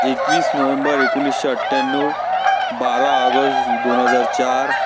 एकवीस नोव्हेंबर एकोणीसशे अठ्ठ्याण्णव बारा ऑगस्ट दोन हजार चार